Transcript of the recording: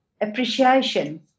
appreciation